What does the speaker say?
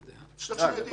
צריך שני עדים.